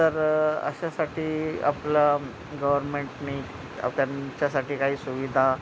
तर अशासाठी आपलं गवर्मेंटनी त्यांच्यासाठी काही सुविधा